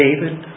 David